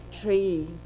tree